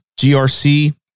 GRC